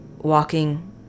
walking